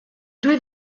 due